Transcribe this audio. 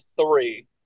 three